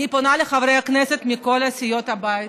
אני פונה לחברי הכנסת מכל סיעות הבית